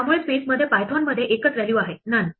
त्यामुळे स्पेसमध्ये पायथनमध्ये एकच व्हॅल्यू आहे none